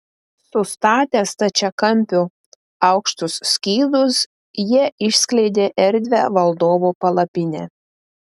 sustatę stačiakampiu aukštus skydus jie išskleidė erdvią valdovo palapinę